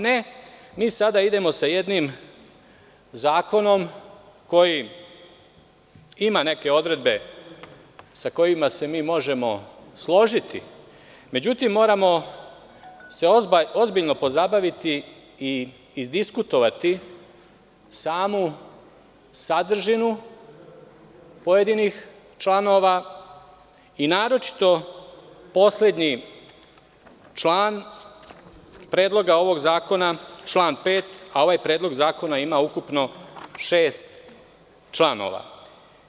Ne, mi sada idemo sa jednim zakonom koji ima neke odredbe, sa kojima se mi možemo složiti, međutim moramo se ozbiljno pozabaviti i izdiskutovati samu sadržinu pojedinih članova i naročito poslednji član predloga ovog zakona - član 5, a ovaj predlog zakona ima ukupno šest članova.